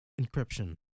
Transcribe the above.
Encryption